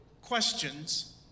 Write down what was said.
questions